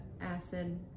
acid